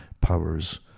powers